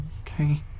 Okay